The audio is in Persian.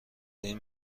این